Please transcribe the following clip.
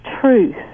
truth